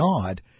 God